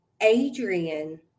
Adrian